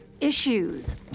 issues